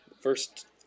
first